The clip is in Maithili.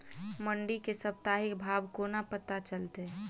मंडी केँ साप्ताहिक भाव कोना पत्ता चलतै?